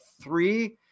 three